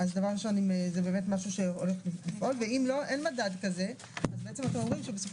אין בו מקום שאומר שאם הגידול בצריכה